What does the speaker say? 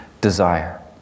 desire